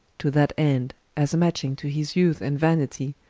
to that end, as matching to his youth and vanitie,